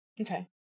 Okay